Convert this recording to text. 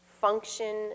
function